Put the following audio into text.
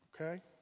okay